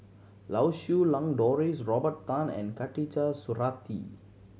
Lau Siew Lang Doris Robert Tan and Khatijah Surattee